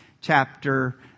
chapter